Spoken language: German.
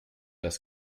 das